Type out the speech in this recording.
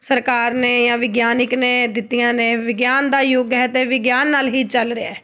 ਸਰਕਾਰ ਨੇ ਜਾਂ ਵਿਗਿਆਨਿਕ ਨੇ ਦਿੱਤੀਆਂ ਨੇ ਵਿਗਿਆਨ ਦਾ ਯੁੱਗ ਹੈ ਅਤੇ ਵਿਗਿਆਨ ਨਾਲ ਹੀ ਚੱਲ ਰਿਹਾ